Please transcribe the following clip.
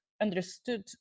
understood